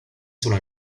sulla